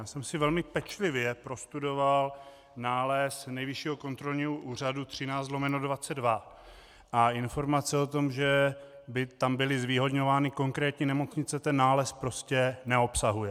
Já jsem si velmi pečlivě prostudoval nález Nejvyššího kontrolního úřadu 13/22 a informace o tom, že by tam byly zvýhodňovány konkrétní nemocnice, ten nález prostě neobsahuje.